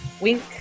Wink